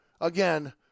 again